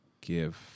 give